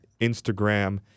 Instagram